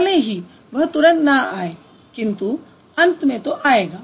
भले ही तुरंत न आए किन्तु अंत में आयेगा